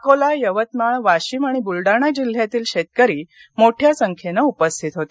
अकोला यवतमाळ वाशीम आणि बुलडाणा जिल्ह्यातील शेतकरी मोठ्या संख्येनं उपस्थित होते